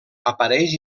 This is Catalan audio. apareix